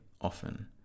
often